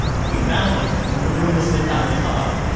we found them. come in the room and sit down and talk.